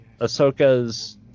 Ahsoka's